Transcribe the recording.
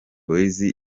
boyz